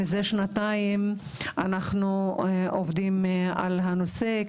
מזה שנתיים אנחנו עובדים על הנושא.